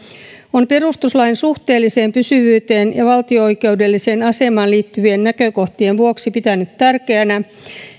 on perustuslain suhteelliseen pysyvyyteen ja valtio oikeudelliseen asemaan liittyvien näkökohtien vuoksi pitänyt tärkeänä